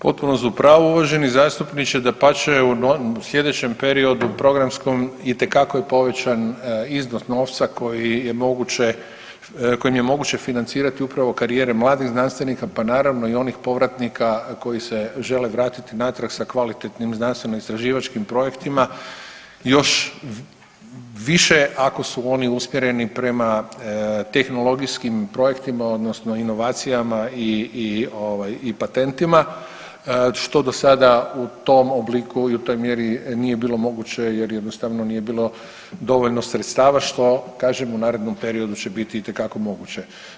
Potpuno ste u pravu uvaženi zastupniče, dapače u sljedećem periodu programskom itekako je povećan iznos novca kojim je moguće financirati upravo karijere mladih znanstvenika, pa naravno i onih povratnika koji se žele vratiti natrag sa kvalitetnim znanstvenoistraživačkim projektima još više ako su oni usmjereni prema tehnologijskim projektima odnosno inovacijama i patentima, što do sada u tom obliku i u toj mjeri nije bilo moguće jer jednostavno nije bilo dovoljno sredstava što kažem u narednom periodu će biti itekako moguće.